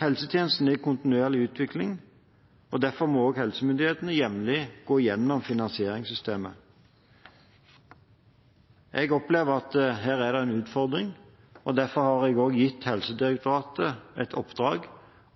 Helsetjenesten er i kontinuerlig utvikling, og derfor må helsemyndighetene jevnlig gå gjennom finansieringssystemet. Jeg opplever at her er det en utfordring, og derfor har jeg også gitt Helsedirektoratet et oppdrag